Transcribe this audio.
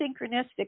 synchronistic